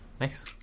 nice